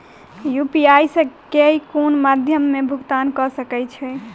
UPI सऽ केँ कुन मध्यमे मे भुगतान कऽ सकय छी?